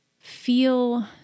feel